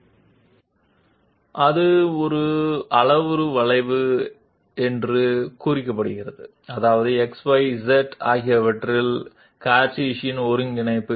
It is referred to as a parametric curve which means that even if we are dealing with the Cartesian coordinate space in x y z we are going to express the Cartesian position of a particular point in terms of a variable other than x y or z